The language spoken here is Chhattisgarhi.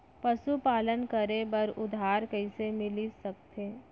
पशुपालन करे बर उधार कइसे मिलिस सकथे?